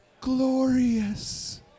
glorious